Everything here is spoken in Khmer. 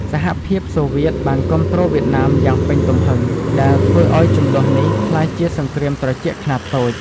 សហភាពសូវៀតបានគាំទ្រវៀតណាមយ៉ាងពេញទំហឹង ដែលធ្វើឱ្យជម្លោះនេះក្លាយជាសង្គ្រាមត្រជាក់ខ្នាតតូច។